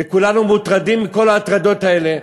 וכולנו מוטרדים מכל ההטרדות האלה,